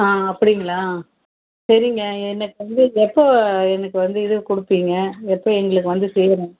ஆ ஆ அப்படிங்களா சரிங்க எனக்கு வந்து எப்போ எனக்கு வந்து இது கொடுப்பிங்க எப்போ எங்களுக்கு வந்து செய்யணும்